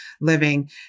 living